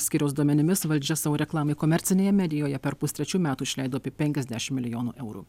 skyriaus duomenimis valdžia savo reklamai komercinėje medijoje per pustrečių metų išleido apie penkiasdešim milijonų eurų